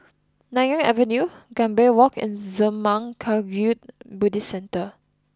Nanyang Avenue Gambir Walk and Zurmang Kagyud Buddhist Centre